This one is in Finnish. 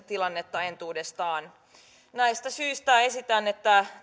tilannetta entuudestaan näistä syistä esitän että